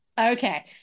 okay